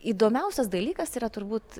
įdomiausias dalykas yra turbūt